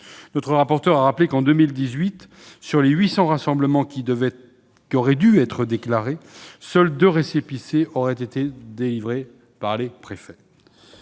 Notre rapporteur a rappelé que, en 2018, pour 800 rassemblements qui auraient dû être déclarés, seulement deux récépissés auraient été délivrés par les préfets.